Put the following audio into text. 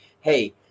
hey